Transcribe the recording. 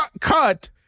cut